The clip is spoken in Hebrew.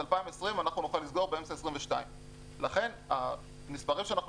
את 2020 אנחנו נוכל לסגור באמצע 2022. לכן המספרים שאנחנו